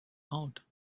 out